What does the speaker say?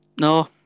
No